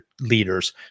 leaders